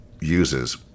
uses